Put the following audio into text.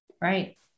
Right